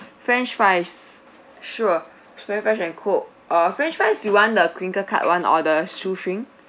french fries sure french fries and coke uh french fries you want the crinkle cut [one] or the shoestring